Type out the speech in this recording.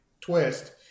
twist